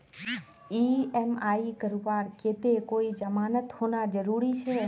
EMI करवार केते कोई जमानत होना जरूरी छे?